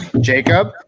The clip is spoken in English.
Jacob